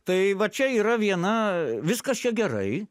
tai va čia yra viena viskas čia gerai